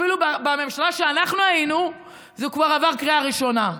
אפילו בממשלה שאנחנו היינו הוא כבר עבר קריאה ראשונה.